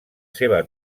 seva